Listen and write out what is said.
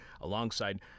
alongside